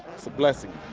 it's a blessing.